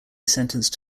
sentenced